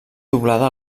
doblada